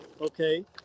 okay